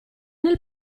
nel